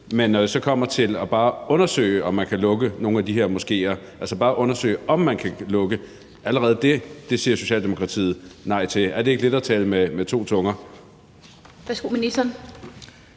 Men når det så kommer til bare at undersøge, om man kan lukke nogle af de her moskéer – altså bare undersøge, om man kan lukke – så siger Socialdemokratiet allerede nej til det. Er det ikke lidt at tale med to tunger?